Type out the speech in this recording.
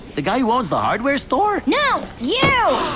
the guy who owns the hardware store? no, you!